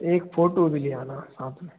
एक फोटो भी ले आना साथ में